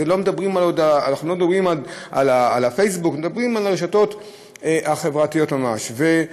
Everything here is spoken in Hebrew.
לא מדברים על ווטסאפ אלא על הרשתות החברתיות ממש.